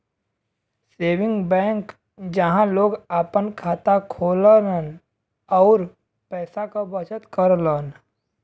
saving bank जहां लोग आपन खाता खोलन आउर पैसा क बचत करलन